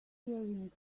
hearing